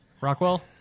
rockwell